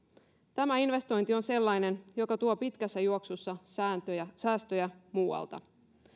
tämä investointi on sellainen joka tuo pitkässä juoksussa säästöjä muualta